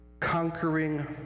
conquering